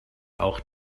auch